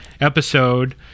episode